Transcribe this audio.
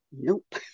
Nope